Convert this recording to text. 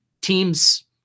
teams